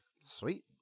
Sweet